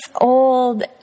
old